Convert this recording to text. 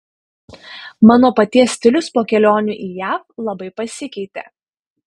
mano paties stilius po kelionių į jav labai pasikeitė